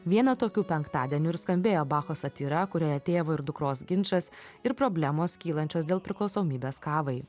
vieną tokių penktadienių ir skambėjo bacho satyra kurioje tėvo ir dukros ginčas ir problemos kylančios dėl priklausomybės kavai